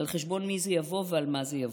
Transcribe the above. על חשבון מי זה יבוא ועל מה זה יבוא?